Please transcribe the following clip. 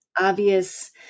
obvious